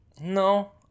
No